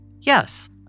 Yes